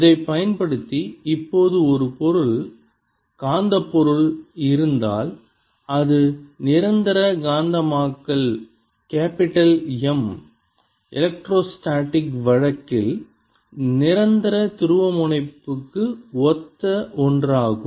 இதைப் பயன்படுத்தி இப்போது ஒரு பொருள் காந்தப் பொருள் இருந்தால் அது நிரந்தர காந்தமயமாக்கல் கேப்பிட்டல் M எலக்ட்ரோஸ்டேடிக் வழக்கில் நிரந்தர துருவமுனைப்புக்கு ஒத்த ஒன்று ஆகும்